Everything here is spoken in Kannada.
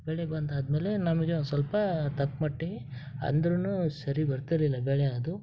ಬೆಳೆ ಬಂದಾದ ಮೇಲೆ ನಮಗೆ ಒಂದು ಸ್ವಲ್ಪ ತಕ್ಕ ಮಟ್ಟಿಗೆ ಅಂದ್ರು ಸರಿ ಬರ್ತಿರ್ಲಿಲ್ಲ ಬೆಳೆ ಅದು